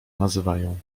nazywają